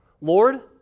lord